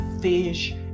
fish